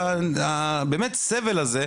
ובאמת הסבל הזה,